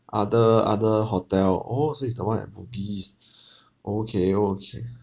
other other hotel oh so it's the one at bugis okay okay